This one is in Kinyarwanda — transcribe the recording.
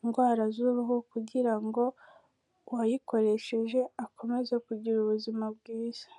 indwara z'uruhu, kugira ngo uwayikoresheje akomeze kugira ubuzima bwiza.